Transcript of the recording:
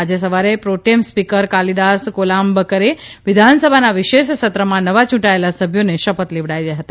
આજે સવારે protem speaker Kalidas કોલામ્બકરે વિધાનસભાના વિશેષ સત્રમાં નવા ચૂંટાયેલા સભ્યોને શપથ લેવડાવ્યા હતા